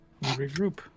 regroup